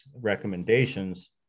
recommendations